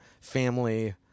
family